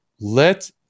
Let